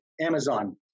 Amazon